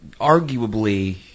arguably